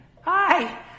Hi